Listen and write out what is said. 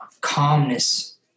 calmness